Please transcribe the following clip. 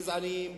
גזעניים,